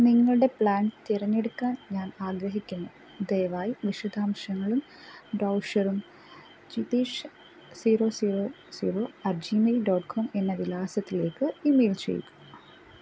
നിങ്ങളുടെ പ്ലാൻ തിരഞ്ഞെടുക്കാൻ ഞാൻ ആഗ്രഹിക്കുന്നു ദയവായി വിശദാംശങ്ങളും ബ്രൗഷറും Jithesh zero zero zero at Gmail dot com എന്ന വിലാസത്തിലേക്ക് ഇമെയിൽ ചെയ്യുക